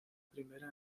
primera